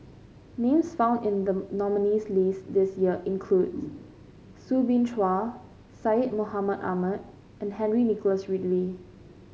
names found in the nominees' list this year includes Soo Bin Chua Syed Mohamed Ahmed and Henry Nicholas Ridley